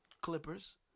Clippers